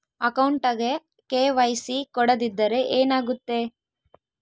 ಅಕೌಂಟಗೆ ಕೆ.ವೈ.ಸಿ ಕೊಡದಿದ್ದರೆ ಏನಾಗುತ್ತೆ?